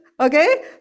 Okay